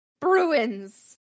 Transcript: Bruins